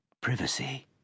privacy